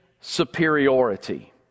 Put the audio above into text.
superiority